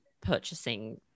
purchasing